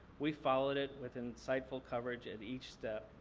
we followed it with insightful coverage at each step.